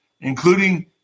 including